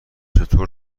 چطور